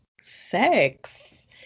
sex